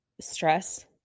stress